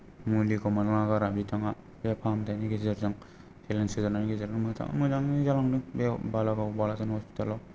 मुलिखौ मोनलांगारा बिथाङा बे फाहामथायनि गेजरजों बेलेन्स होनायनि गेजेरजों मोजां मोजांनो जालांदों बेयाव बालागाव बालाजान हस्पितालाव